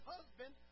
Husband